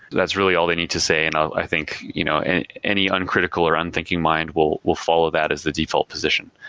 that's really all they need to say, and i think you know and any uncritical or unthinking mind will will follow that as the default position.